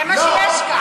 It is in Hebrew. זה מה שיש כאן.